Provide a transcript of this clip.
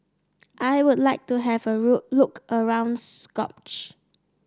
I would like to have a root look around Skopje